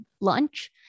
lunch